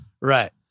right